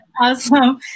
Awesome